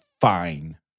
fine